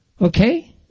Okay